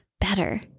better